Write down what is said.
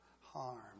harm